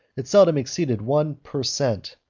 it seldom exceeded one per cent.